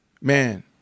man